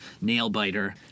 nail-biter